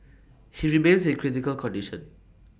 he remains in critical condition